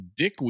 dickweed